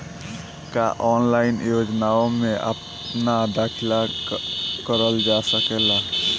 का ऑनलाइन योजनाओ में अपना के दाखिल करल जा सकेला?